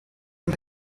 for